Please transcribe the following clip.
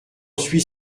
suis